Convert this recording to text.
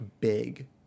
big